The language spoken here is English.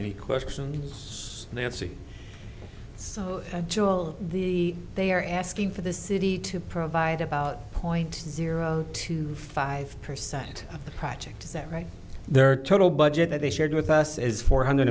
any questions they answer so joel the they are asking for the city to provide about point zero to five percent of the project is that right their total budget that they shared with us is four hundred